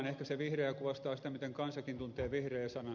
ehkä se vihreä kuvastaa sitä miten kansakin tuntee vihreä sanan